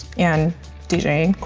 and deejay. cool.